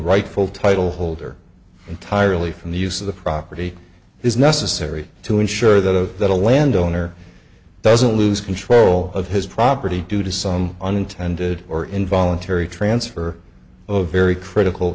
rightful title holder entirely from the use of the property is necessary to ensure that of the landowner doesn't lose control of his property due to some unintended or involuntary transfer of very critical